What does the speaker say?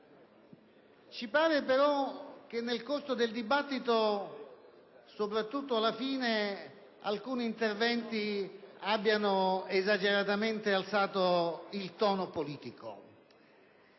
Ci sembra però che nel corso del dibattito, soprattutto alla fine, alcuni interventi abbiano esageratamente alzato il tono politico.